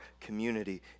community